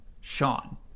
Sean